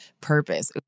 purpose